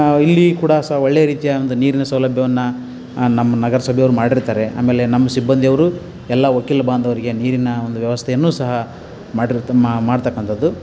ಇಲ್ಲಿ ಕೂಡ ಸಹ ಒಳ್ಳೆಯ ರೀತಿಯ ಒಂದು ನೀರಿನ ಸೌಲಭ್ಯವನ್ನು ನಮ್ಮ ನಗರಸಭೆಯವ್ರು ಮಾಡಿರ್ತಾರೆ ಆಮೇಲೆ ನಮ್ಮ ಸಿಬ್ಬಂದಿಯವರೂ ಎಲ್ಲ ವಕೀಲ ಬಾಂಧವರಿಗೆ ನೀರಿನ ಒಂದು ವ್ಯವಸ್ಥೆಯನ್ನೂ ಸಹ ಮಾಡಿರುತ್ತೆ ಮಾಡತಕ್ಕಂಥದ್ದು